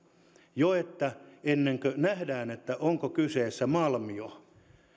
jo ennen kuin nähdään onko kyseessä malmio